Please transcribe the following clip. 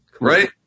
Right